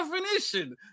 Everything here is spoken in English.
definition